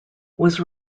was